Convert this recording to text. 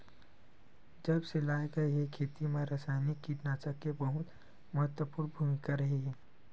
जब से लाए गए हे, खेती मा रासायनिक कीटनाशक के बहुत महत्वपूर्ण भूमिका रहे हे